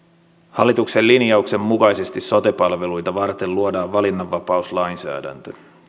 hallituksen linjauksen mukaisesti sote palveluita varten luodaan valinnanvapauslainsäädäntö